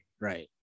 right